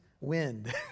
wind